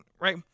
right